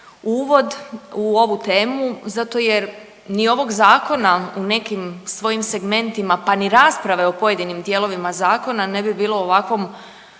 uvod u ovu temu zato jer ni ovog zakona u nekim svojim segmentima pa ni rasprave o pojedinim dijelova zakona ne bi bilo u ovakvom